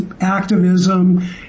activism